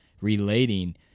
relating